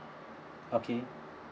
okay